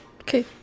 Okay